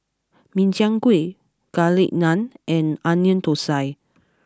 Min Chiang Kueh Garlic Naan and Onion Thosai